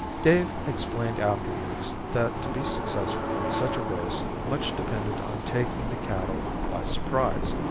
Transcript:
dave explained afterwards that to be successful in such a race much depended on taking the cattle by surprise,